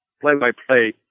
play-by-play